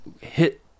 hit